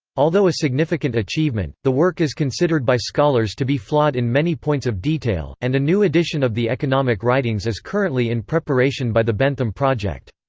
although a significant achievement, the work is considered by scholars to be flawed in many points of detail, and a new edition of the economic writings is currently in preparation by the bentham project.